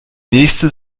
nächste